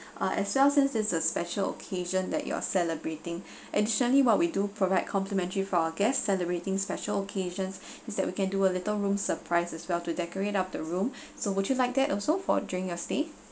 uh as well since it's a special occasion that you're celebrating additionally what we do provide complimentary for our guests celebrating special occasions is that we can do a little room surprise as well to decorate up the room so would you like that also for during your stay